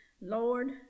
Lord